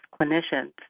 clinicians